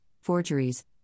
forgeries